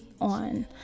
on